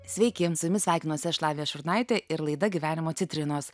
sveiki su jumis sveikinuosi aš lavija šurnaitė ir laida gyvenimo citrinos